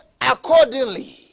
accordingly